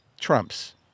trumps